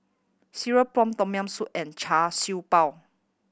cereal prawn Tom Yam Soup and Char Siew Bao